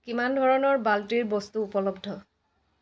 কিমান ধৰণৰ বাল্টিৰ বস্তু উপলব্ধ